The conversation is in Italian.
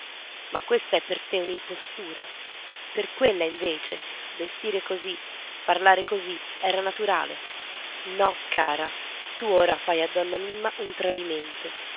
ma questa è per te un'impostura per quella invece vestire così parlare così era naturale no cara tu ora fai a donna mimma un tradimento